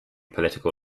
political